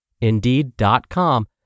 Indeed.com